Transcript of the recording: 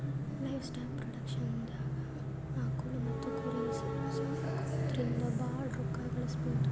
livestock ಪ್ರೊಡಕ್ಷನ್ದಾಗ್ ಆಕುಳ್ ಮತ್ತ್ ಕುರಿ ಸಾಕೊದ್ರಿಂದ ಭಾಳ್ ರೋಕ್ಕಾ ಗಳಿಸ್ಬಹುದು